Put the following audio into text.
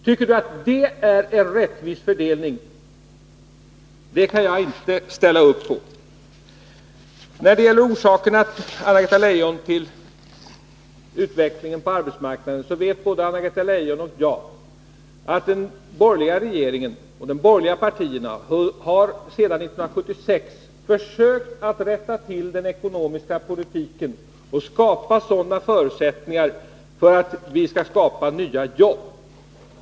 Tycker han att det är en rättvis fördelning? Det kan jag inte ställa upp bakom. När det gäller orsakerna till utvecklingen på arbetsmarknaden, Anna Greta Leijon, vet både hon och jag att de borgerliga regeringarna och de borgerliga partierna sedan 1976 har försökt att rätta till den ekonomiska politiken och skapa förutsättningar för att åstadkomma nya jobb.